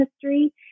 history